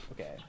okay